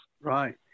Right